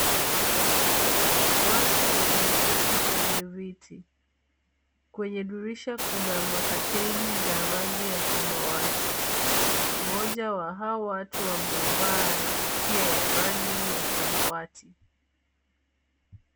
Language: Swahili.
Watu wameketi kwenye viti. Kwenye dirisha kuna makateni za rangi ya samawati. Mmoja wa hawa watu wamevaa kofia ya rangi ya samawati.